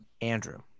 Andrew